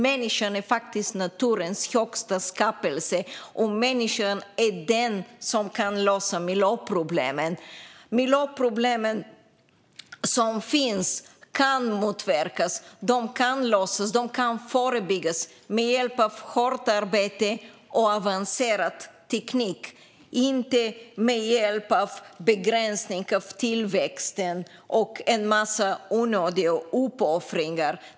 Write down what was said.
Människan är faktiskt naturens högsta skapelse, och det är människan som kan lösa miljöproblemen. Miljöproblem förebyggs, motverkas och löses med hjälp av hårt arbete och avancerad teknik, inte genom begränsning av tillväxt och en massa onödiga uppoffringar.